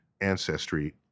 ancestry